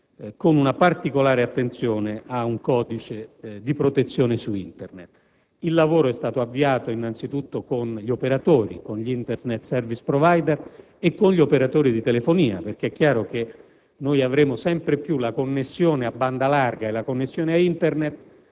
con una particolare attenzione a un codice di protezione su Internet. Il lavoro è stato avviato innanzitutto con gli operatori, con gli Internet *service provider* e con gli operatori di telefonia, perché è chiaro che avremo sempre più la connessione a Internet a banda larga non